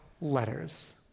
letters